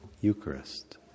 Eucharist